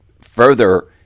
further